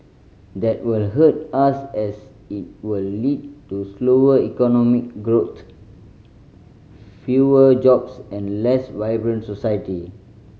that will hurt us as it will lead to slower economic growth fewer jobs and a less vibrant society